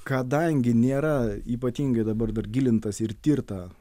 kadangi nėra ypatingai dabar dar gilintasi ir tirta